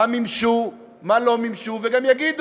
מה מימשו, מה לא מימשו, וגם יגידו